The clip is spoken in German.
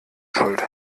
schuld